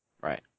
Right